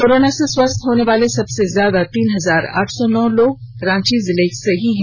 corona से स्वस्थ होने वाले सबसे ज्यादा तीन हजार आठ सौ नौ लोग रांची जिले के हैं